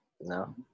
No